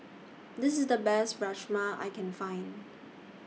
This IS The Best Rajma I Can Find